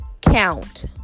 count